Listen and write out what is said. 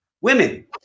women